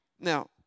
Now